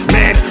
Man